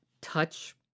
touch